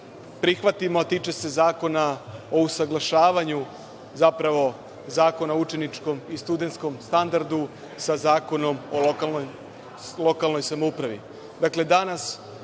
prihvatimo, a tiče se Zakona o usaglašavanju, zapravo, Zakona o učeničkom i studentskom standardu sa Zakonom o lokalnoj samoupravi. Dakle, danas